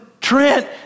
Trent